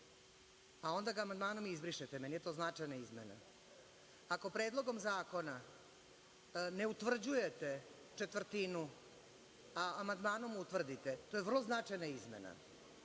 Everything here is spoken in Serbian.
a onda ga amandmanom izbrišete, meni je to značajna izmena. Ako predlogom zakona ne utvrđujete četvrtinu, a amandmanom utvrdite, to je vrlo značajna izmena,